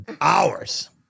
hours